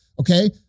Okay